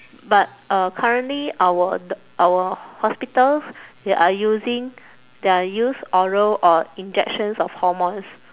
but uh currently our the our hospitals they are using they are use oral or injections of hormones